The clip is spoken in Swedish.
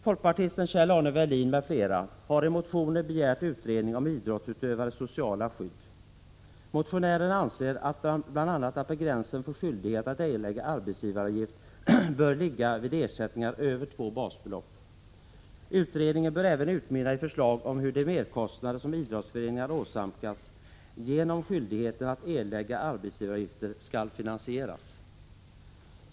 Folkpartisten Kjell-Arne Welin m.fl. har i motioner begärt utredning om idrottsutövares sociala skydd. Motionärerna anser bl.a. att gränsen för skyldighet att erlägga arbetsgivaravgift bör ligga vid ersättningar över två basbelopp. Utredningen bör även utmynna i förslag om hur de merkostnader som idrottsföreningar åsamkas genom skyldigheten att erlägga arbetsgivaravgifter skall finansieras.